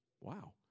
Wow